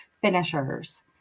finishers